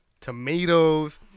tomatoes